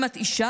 אם את אישה,